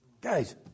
Guys